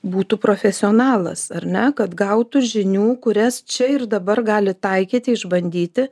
būtų profesionalas ar ne kad gautų žinių kurias čia ir dabar gali taikyti išbandyti